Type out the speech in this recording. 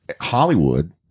Hollywood